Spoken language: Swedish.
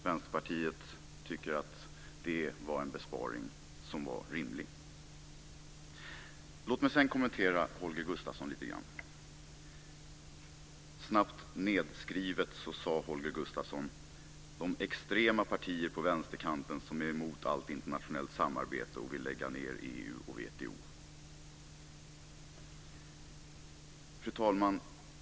Vänsterpartiet tycker att det var en besparing som var rimlig. Låt mig sedan kommentera Holger Gustafsson lite grann. Han talade, snabbt nedskrivet, om de extrema partier på vänsterkanten som är emot allt internationellt samarbete och vill lägga ned EU och WTO. Fru talman!